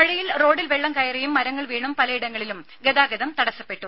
മഴയിൽ റോഡിൽ വെള്ളം കയറിയും മരങ്ങൾ വീണും പലയിടങ്ങളിലും ഗതാഗതം തടസ്സപ്പെട്ടു